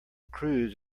cruise